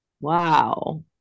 Wow